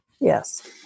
Yes